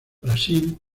brasil